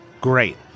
great